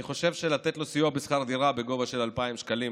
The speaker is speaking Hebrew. אני חושב שלתת לו סיוע בשכר דירה בגובה של 2,000 שקלים